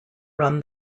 run